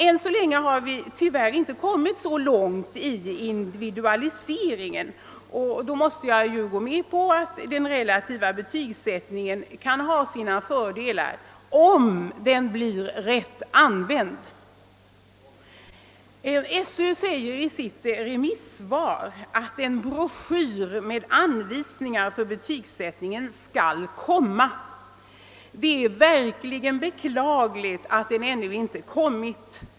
Ännu har vi tyvärr inte kommit så långt med individualiseringen, och då måste jag gå med på att den relativa betygsättningen kan ha sina fördelar om den används på rätt sätt. svar att en broschyr med anvisningar om betygsättningen skall komma. Det är verkligen beklagligt att den ännu inte kommit.